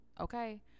Okay